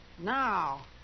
Now